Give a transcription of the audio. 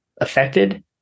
affected